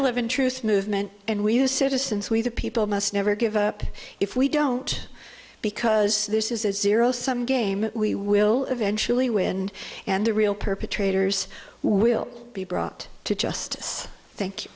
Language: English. eleven truth movement and we do citizens we the people must never give up if we don't because this is a zero sum game we will eventually win and the real perpetrators will be brought to justice thank